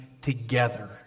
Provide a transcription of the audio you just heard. together